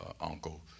uncle